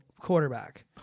quarterback